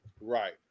right